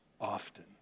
often